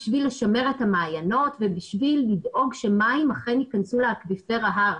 כדי לשמר את המעיינות וכדי לדאוג שמים אכן ייכנסו לאקוויפר ההר.